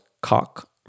cock